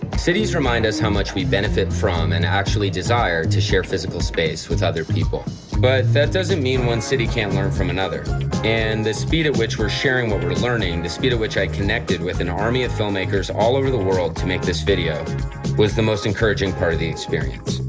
cities remind us how much we benefit from and actually desire to share physical space with other people, but that doesn't mean one city can't learn from another and the speed at which we're sharing what we're learning the speed at which i connected with an army of filmmakers all over the world to make this video was the most encouraging part of the experience.